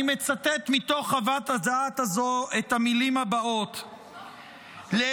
אני מצטט מתוך חוות הדעת הזאת את המילים הבאות: לעמדתי,